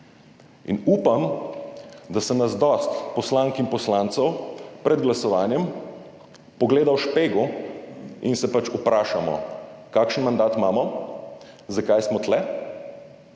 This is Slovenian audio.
In upam, da se nas dosti poslank in poslancev pred glasovanjem pogleda v špegel in se pač vprašamo, kakšen mandat imamo, zakaj smo tu,